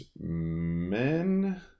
men